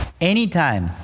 anytime